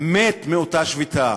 ומת מאותה שביתה.